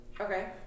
Okay